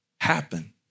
happen